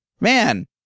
man